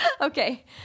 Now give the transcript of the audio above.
Okay